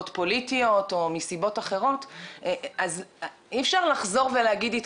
סוגיות בולטות לדיון שאנחנו נשמח באמת להעלות אותן כשאלות